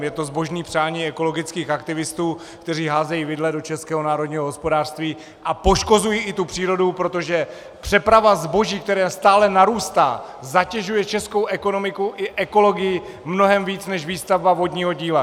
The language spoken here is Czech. Je to zbožné přání ekologických aktivistů, kteří házejí vidle do českého národního hospodářství a poškozují i tu přírodu, protože přeprava zboží, která stále narůstá, zatěžuje českou ekonomiku i ekologii mnohem víc než výstavba vodního díla.